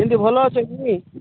କେମିତି ଭଲ ଅଛ କି